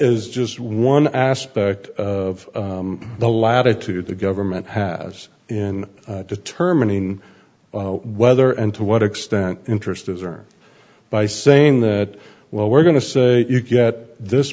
is just one aspect of the latitude the government has in determining whether and to what extent interest is served by saying that well we're going to say you get this